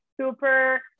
super